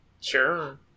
Sure